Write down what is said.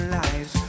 lives